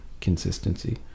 consistency